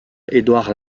édouard